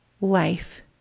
life